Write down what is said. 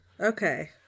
Okay